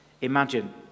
imagine